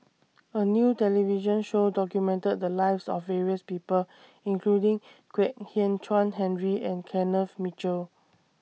A New television Show documented The Lives of various People including Kwek Hian Chuan Henry and Kenneth Mitchell